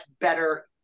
better